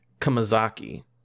Kamazaki